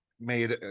made